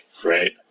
Right